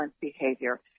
behavior